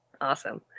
awesome